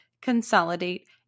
consolidate